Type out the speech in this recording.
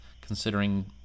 considering